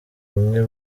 ubumwe